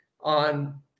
on